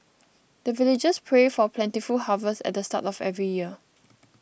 the villagers pray for plentiful harvest at the start of every year